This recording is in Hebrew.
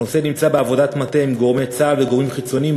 הנושא נמצא בעבודת מטה עם גורמי צה"ל וגורמים חיצוניים,